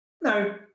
no